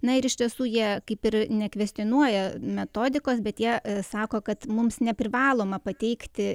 na ir iš tiesų jie kaip ir nekvestionuoja metodikos bet jie sako kad mums neprivaloma pateikti